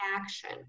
action